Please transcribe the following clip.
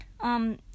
Um